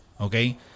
okay